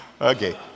Okay